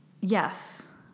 yes